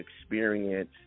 experience